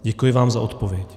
Děkuji vám za odpověď.